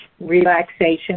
relaxation